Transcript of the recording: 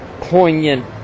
poignant